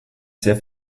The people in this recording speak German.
sehr